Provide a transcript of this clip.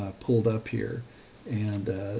ah pulled up here and,